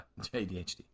ADHD